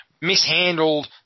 mishandled